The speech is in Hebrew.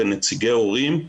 ונציגי ההורים,